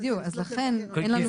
בדיוק, אז לכן אין לנו